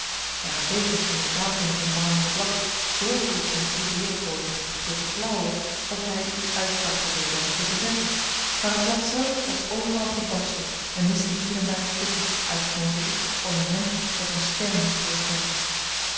daarentegen stond een tafel met een marmeren blad zoo goed op zijn drie berenpoten met vergulde klauwen of hij u uittarten wilde hem te verzetten maar het blad zelf was overal gebarsten en miste hier en daar stukken uit het mozaïk ornament dat eene ster moest voorstellen